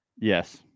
Yes